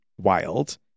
wild